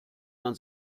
man